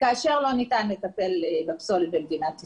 וזה כאשר לא ניתן לטפל בפסולת במדינת ישראל,